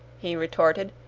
he retorted.